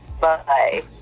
bye